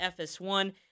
FS1